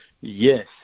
Yes